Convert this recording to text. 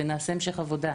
ונעשה המשך עבודה.